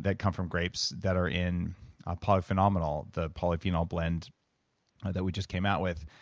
that come from grapes that are in ah polyphenomenal, the polyphenol blend that we just came out with.